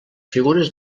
figures